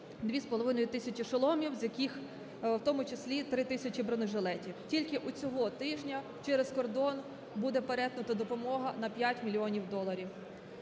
2,5 тисячі шоломів, з яких в тому числі 3 тисячі бронежилетів. Тільки цього тижня через кордон буде передана допомога на 5 мільйонів доларів.